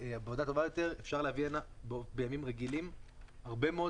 אפשר להביא לכאן בימים רגילים הרבה מאוד